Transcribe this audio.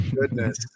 goodness